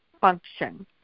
function